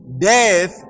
death